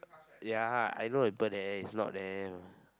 ya I know the people there it's not them